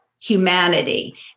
humanity